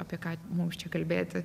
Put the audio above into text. apie ką mums čia kalbėti